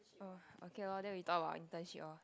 oh okay lor then we talk about internship lor